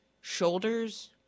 shoulders